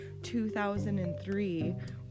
2003